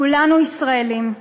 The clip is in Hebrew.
כולנו ישראלים.